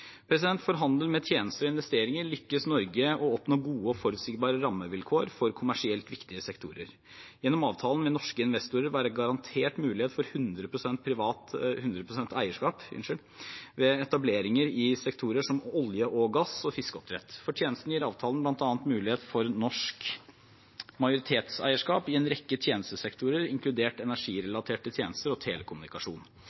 For handel med tjenester og investeringer lyktes Norge med å oppnå gode og forutsigbare rammevilkår for kommersielt viktige sektorer. Gjennom avtalen vil norske investorer være garantert mulighet for 100 pst. eierskap ved etableringer i sektorer som olje og gass og fiskeoppdrett. For tjenester gir avtalen bl.a. mulighet for norsk majoritetseierskap i en rekke tjenestesektorer, inkludert